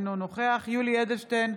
אינו נוכח יולי יואל אדלשטיין,